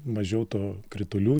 mažiau to kritulių